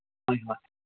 ꯍꯣꯏ ꯍꯣꯏ